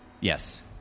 Yes